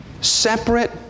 separate